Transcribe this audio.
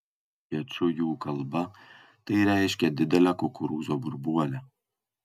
kečujų kalba tai reiškia didelę kukurūzo burbuolę